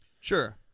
Sure